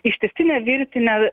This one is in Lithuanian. ištisinė virtinė